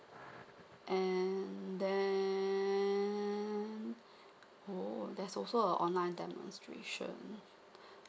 and then oh there's also a online demonstration